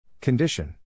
Condition